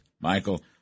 Michael